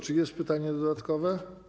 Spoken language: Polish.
Czy jest pytanie dodatkowe?